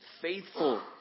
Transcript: faithful